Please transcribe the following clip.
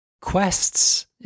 quests